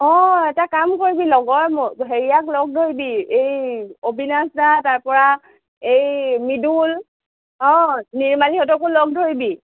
অঁ এটা কাম কৰিবি লগৰ হেৰিয়াক লগ ধৰিবি এই অবিনাশ দা তাৰপৰা এই মৃদুল অঁ নিৰ্মালিহঁতকো লগ ধৰিবি